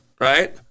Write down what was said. right